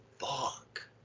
fuck